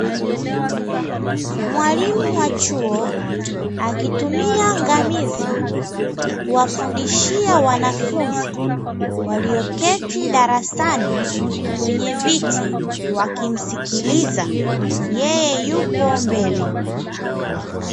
Mwalimu wa chuo akitumia ngamizi kuwafundishia wanafunzi walioketi darasani kwenye viti wakimsikiliza yeye yupo mbele.